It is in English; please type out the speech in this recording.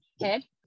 head